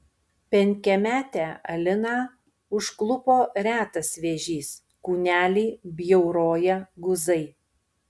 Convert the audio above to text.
penkiametę aliną užklupo retas vėžys kūnelį bjauroja guzai